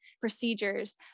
procedures